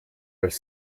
als